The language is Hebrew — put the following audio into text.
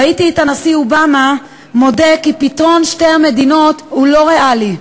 ראיתי את הנשיא אובמה מודה כי פתרון שתי המדינות הוא לא ריאלי,